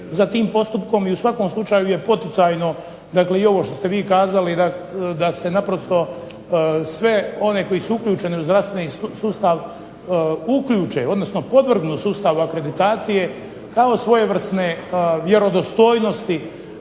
za tim postupkom i u svakom slučaju je poticajno, dakle i ovo što ste vi kazali da se naprosto sve one koji su uključeni u zdravstveni sustav uključe, odnosno podvrgnu sustavu akreditacije kao svojevrsne vjerodostojnosti